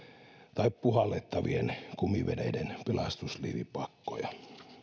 tai puhallettavien kumiveneiden pelastusliivipakkoja